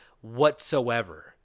whatsoever